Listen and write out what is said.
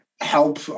help